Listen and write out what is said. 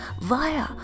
via